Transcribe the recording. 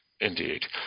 indeed